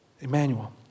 Emmanuel